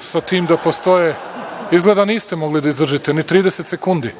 sa tim da postoje. Izgleda niste mogli da izdržite ni 30 sekundi.